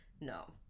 no